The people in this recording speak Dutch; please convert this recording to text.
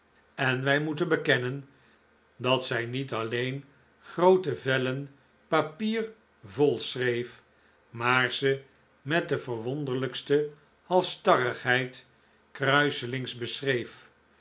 en wij moeten bekennen dat zij niet alleen groote vellen papier volschreef maar ze met de verwonderlijkste halsstarrigheid kruiselings beschreef